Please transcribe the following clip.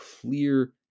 clear